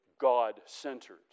God-centered